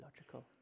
logical